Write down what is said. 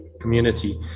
community